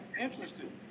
Interesting